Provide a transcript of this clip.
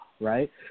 right